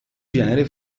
genere